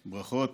ברכות,